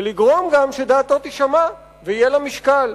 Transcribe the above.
ולגרום גם שדעתו תישמע ויהיה לה משקל.